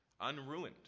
unruined